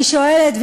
אני שואלת,